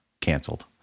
canceled